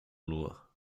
nur